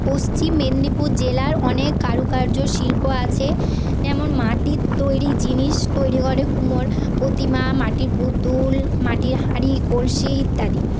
পশ্চিম মেদনীপুর জেলার অনেক কারুকার্য শিল্প আছে যেমন মাটির তৈরি জিনিস তৈরি করে কুমোর প্রতিমা মাটির পুতুল মাটির হাড়ি কলসি ইত্যাদি